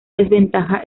desventaja